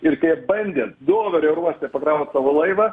ir kai bandė doverio uoste pakraut savo laivą